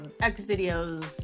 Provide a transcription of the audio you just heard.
X-Videos